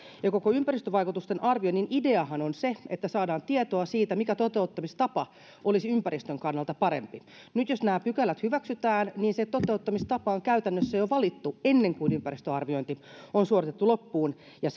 mutta koko ympäristövaikutusten arvioinnin ideahan on se että saadaan tietoa siitä mikä toteuttamistapa olisi ympäristön kannalta parempi nyt jos nämä pykälät hyväksytään niin se toteuttamistapa on käytännössä jo valittu ennen kuin ympäristöarviointi on suoritettu loppuun ja